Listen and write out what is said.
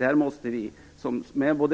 Där måste vi